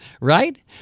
right